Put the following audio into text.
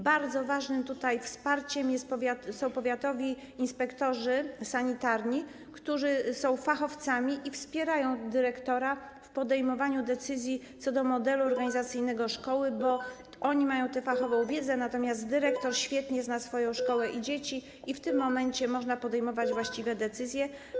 Bardzo ważnym wsparciem są powiatowi inspektorzy sanitarni, którzy są fachowcami i wspierają dyrektora w podejmowaniu decyzji co do modelu organizacyjnego szkoły, bo oni mają fachową wiedzę, natomiast dyrektor świetnie zna swoją szkołę i dzieci i w tym momencie można podejmować właściwe decyzje.